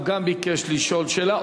גם הוא ביקש לשאול שאלה.